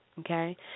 Okay